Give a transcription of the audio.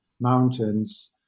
mountains